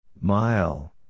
Mile